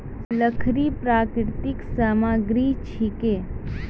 लकड़ी प्राकृतिक सामग्री छिके